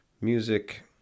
music